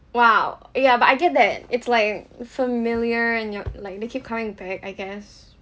!wow! ya but I get that it's like familiar and you're like they keep coming back I guess